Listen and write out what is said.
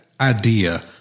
idea